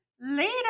Later